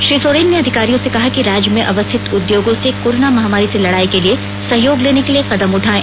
श्री सोरेन ने अधिकारियों से कहा कि राज्य में अवस्थित उद्योगों से कोरोना महामारी से लड़ाई के लिए सहयोग लेने के लिए कदम उठाएं